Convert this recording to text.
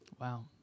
Wow